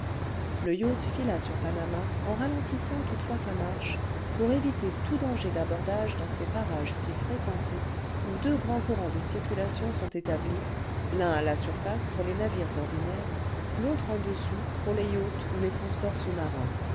le yacht fila sur panama en ralentissant toutefois sa marche pour éviter tout danger d'abordage dans ces parages si fréquentés où deux grands courants de circulation sont établis l'un à la surface pour les navires ordinaires l'autre en dessous pour les yachts ou les transports sous-marins